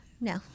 no